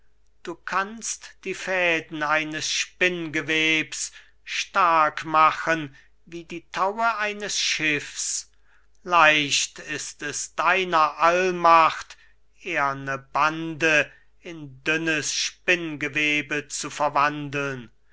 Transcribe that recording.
du kannst die fäden eines spinngewebs stark machen wie die taue eines schiffs leicht ist es deiner allmacht ehrne bande in dünnes spinngewebe zu verwandeln